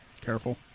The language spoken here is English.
Careful